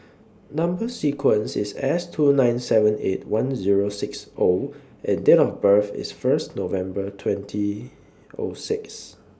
Number sequence IS S two nine seven eight one Zero six O and Date of birth IS First November twenty O six